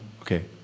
Okay